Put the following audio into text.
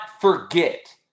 forget